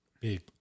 Big